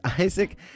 Isaac